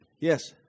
Yes